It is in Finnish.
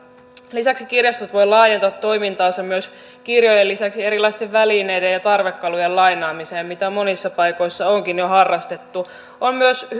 lisäksi kirjastot myös voivat laajentaa toimintaansa kirjojen lisäksi erilaisten välineiden ja tarvekalujen lainaamiseen mitä monissa paikoissa onkin jo harrastettu on myös